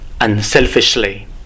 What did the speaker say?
unselfishly